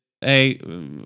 Hey